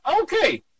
okay